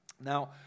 Now